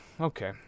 okay